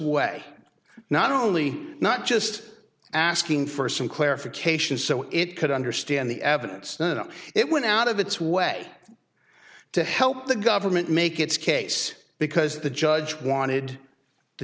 way not only not just asking for some clarification so it could understand the evidence then it went out of its way to help the government make its case because the judge wanted the